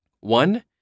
One